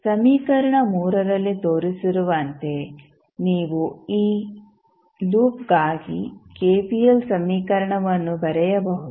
ಸಮೀಕರಣ ರಲ್ಲಿ ತೋರಿಸಿರುವಂತೆ ನೀವು ಈ ಲೂಪ್ಗಾಗಿ ಕೆವಿಎಲ್ ಸಮೀಕರಣವನ್ನು ಬರೆಯಬಹುದು